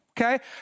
okay